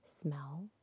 smell